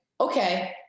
okay